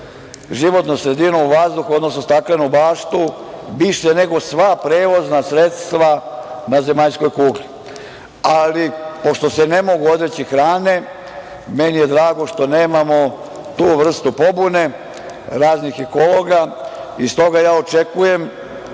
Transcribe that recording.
životnu sredinu u vazduhu, odnosno staklenu baštu više nego sva prevozna sredstva na zemaljskoj kugli. Ali, pošto se ne mogu odreći hrane, meni je drago što nemamo tu vrstu pobune raznih ekologa. Stoga, ja očekujem